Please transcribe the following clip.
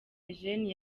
eugene